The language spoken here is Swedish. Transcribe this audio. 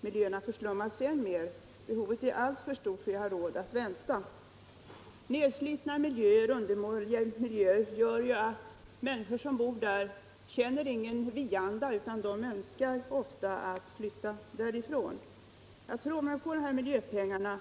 miljöerna förslummas ännu mer. Behoven är alltför stora för att vi skall ha råd att vänta. De människor som bor i nedslitna och undermåliga miljöer känner ingen vi-anda, utan de önskar ofta flytta därifrån. Jag tror därvidlag på dessa miljöpengar.